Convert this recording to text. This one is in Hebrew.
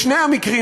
בשני המקרים,